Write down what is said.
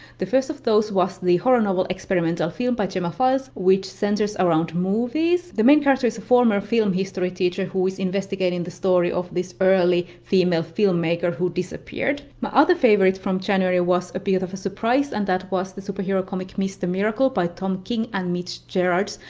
the first of those was the horror novel experimental film by gemma files, which centers around movies. the main character is a former film history teacher who is investigating the story of this early female filmmaker who disappeared. my other favorite from january was a bit of a surprise, and that was the superhero comic mr. miracle by tom king and mitch gerards.